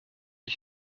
ich